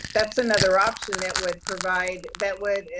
that's another option that would provide, that would,